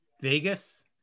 Vegas